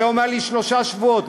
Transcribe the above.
זה אומר לי שלושה שבועות.